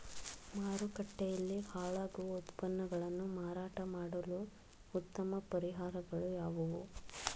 ಮಾರುಕಟ್ಟೆಯಲ್ಲಿ ಹಾಳಾಗುವ ಉತ್ಪನ್ನಗಳನ್ನು ಮಾರಾಟ ಮಾಡಲು ಉತ್ತಮ ಪರಿಹಾರಗಳು ಯಾವುವು?